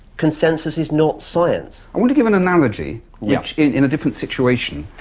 consensus is not science. i want to give an analogy yeah in a different situation.